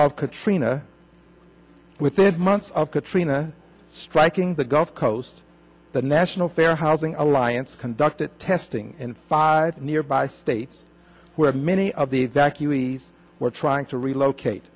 of katrina within months of katrina striking the gulf coast the national fair housing alliance conducted testing in five nearby states where many of the evacuees were trying to relocate